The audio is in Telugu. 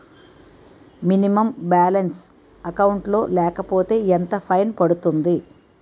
మినిమం బాలన్స్ అకౌంట్ లో లేకపోతే ఎంత ఫైన్ పడుతుంది?